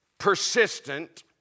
Persistent